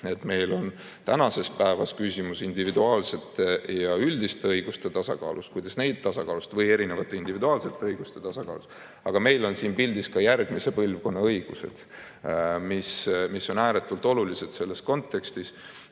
Meil on tänases päevas küsimus individuaalsete ja üldiste õiguste tasakaalus, kuidas neid tasakaalustada, või erinevate individuaalsete õiguste tasakaalus. Aga meil on siin pildis ka järgmise põlvkonna õigused, mis on ääretult olulised selles kontekstis.